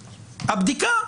הבדיקה,